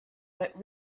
but